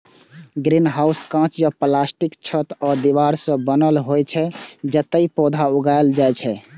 greenhouse कांच या प्लास्टिकक छत आ दीवार सं बनल होइ छै, जतय पौधा उगायल जाइ छै